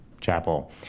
chapel